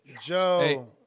Joe